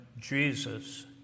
Jesus